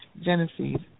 Genesis